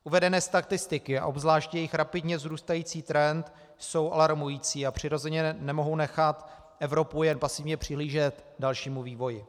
Uvedené statistiky a obzvlášť jejich rapidně vzrůstající trend jsou alarmující a přirozeně nemohou nechat Evropu jen pasivně přihlížet dalšímu vývoji.